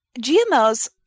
GMOs